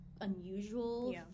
unusual